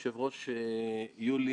זה רגע מכונן